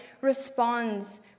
responds